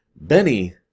Benny